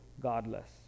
godless